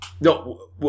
No